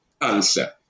answer